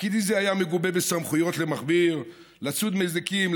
תפקידי זה היה מגובה בסמכויות למכביר: לצוד מזיקים,